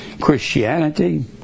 Christianity